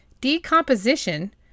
Decomposition